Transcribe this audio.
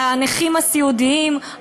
הנכים הסיעודיים,